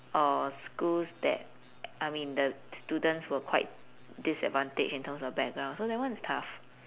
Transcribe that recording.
or schools that I mean the students were quite disadvantaged in terms of background so that one is tough